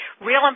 Real